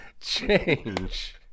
change